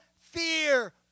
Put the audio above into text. fear